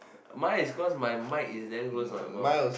mine is cause my mic is damn close to my mouth